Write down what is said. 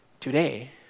Today